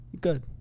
Good